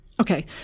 Okay